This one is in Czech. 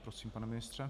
Prosím, pane ministře.